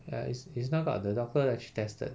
ya it's it's not gout the doctor actually tested